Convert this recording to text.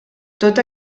tota